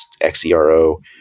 Xero